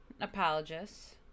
apologists